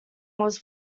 was